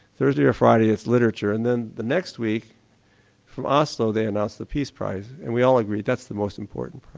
thursday or friday it's literature and then the next week from oslo they announce the peace prize and we all agreed that's the most important